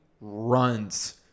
runs